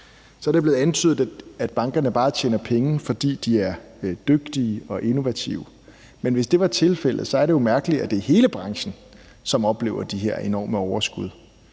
Så er det blevet antydet, at bankerne bare tjener penge, fordi de er dygtige og innovative. Men hvis det var tilfældet, er det mærkeligt, at det er hele branchen, som oplever de her enorme overskud.